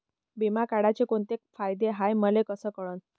बिमा काढाचे कोंते फायदे हाय मले कस कळन?